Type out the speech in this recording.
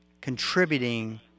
contributing